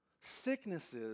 Sicknesses